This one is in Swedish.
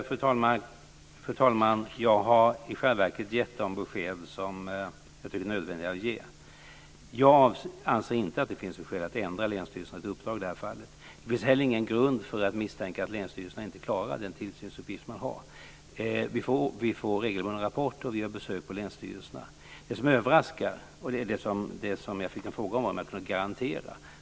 Fru talman! Jag har i själva verket gett de besked som jag tycker är nödvändiga att ge. Jag anser inte att det finns skäl att ändra länsstyrelsernas uppdrag i det här fallet. Det finns heller ingen grund för att misstänka att länsstyrelserna inte klarar den tillsynsuppgift de har. Vi får regelbundna rapporter, och vi gör besök på länsstyrelserna. Jag fick en fråga om att försöka garantera.